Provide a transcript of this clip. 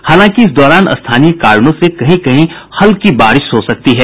हालांकि इस दौरान स्थानीय कारणों से कहीं कहीं हल्की बारिश हो सकती है